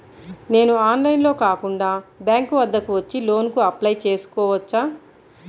నేను ఆన్లైన్లో కాకుండా బ్యాంక్ వద్దకు వచ్చి లోన్ కు అప్లై చేసుకోవచ్చా?